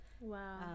Wow